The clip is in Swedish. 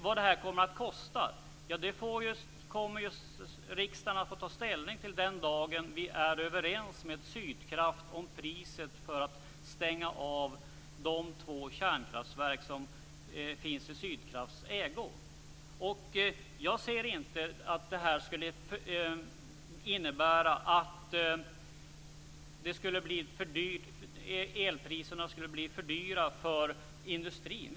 Vad det kommer att kosta kommer riksdagen att få ta ställning till den dag vi är överens med Sydkraft om priset för att stänga av de två kärnkraftverk som finns i Sydkrafts ägo. Jag ser inte att det skulle innebära att elpriserna skulle bli för dyra för industrin.